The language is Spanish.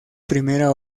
primera